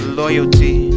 loyalty